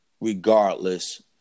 regardless